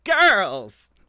Girls